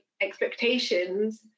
expectations